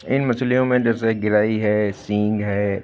इन मछलियों में जैसे गिरई है सिंग है